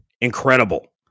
incredible